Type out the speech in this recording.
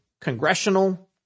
congressional